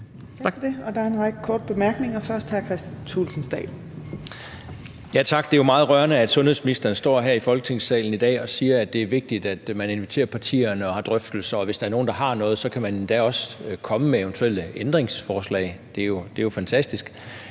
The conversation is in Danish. Tak. Det er meget rørende, at sundhedsministeren står her i Folketingssalen i dag og siger, at det er vigtigt, at man inviterer partierne og har drøftelser, og hvis der er nogen, der har noget, så kan man endda også komme med eventuelle ændringsforslag. Det er jo fantastisk.